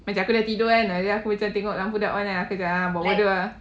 macam aku dah tidur kan lepas tu aku tengok lampu dah on kan aku macam ah buat bodoh ah